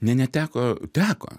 ne neteko teko